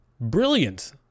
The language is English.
brilliant